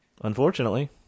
unfortunately